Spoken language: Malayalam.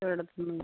എവിടത്തുന്ന്